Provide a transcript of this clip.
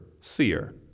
seer